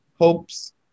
hopes